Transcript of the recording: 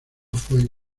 fue